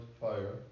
fire